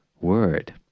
word